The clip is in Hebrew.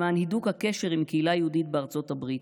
למען הידוק הקשר עם הקהילה היהודית בארצות הברית,